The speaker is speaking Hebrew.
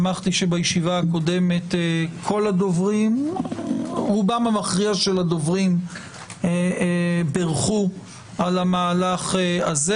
שמחתי שבישיבה הקודמת רובם המכריע של הדוברים ברכו על המהלך הזה,